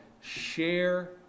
share